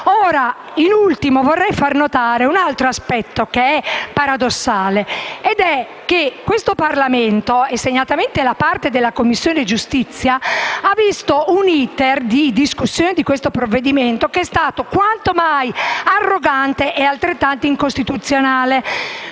In ultimo vorrei far notare un altro aspetto paradossale, cioè che questo Parlamento (e segnatamente la Commissione giustizia) ha visto un *iter* di discussione del provvedimento in esame quanto mai arrogante e altrettanto incostituzionale: